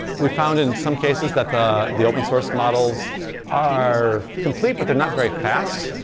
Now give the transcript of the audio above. we found in some cases that the the open source models are complete, but they're not very fast,